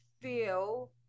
feel